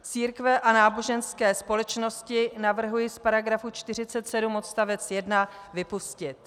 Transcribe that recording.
Církve a náboženské společnosti navrhuji z paragrafu 47 odstavec 1 vypustit.